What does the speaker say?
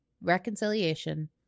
reconciliation